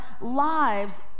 lives